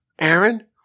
Aaron